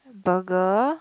burger